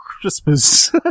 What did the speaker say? Christmas